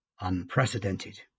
unprecedented